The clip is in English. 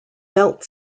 belt